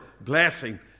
blessing